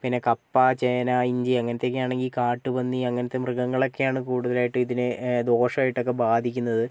പിന്നെ കപ്പ ചേന ഇഞ്ചി അങ്ങനത്തെയൊക്കെയാണെങ്കിൽ കാട്ടുപന്നി അങ്ങനത്തെ മൃഗങ്ങളൊക്കെയാണ് കൂടുതലായിട്ടും ഇതിൽ ദോഷമായിട്ടൊക്കെ ബാധിക്കുന്നത്